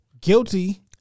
guilty